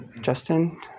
Justin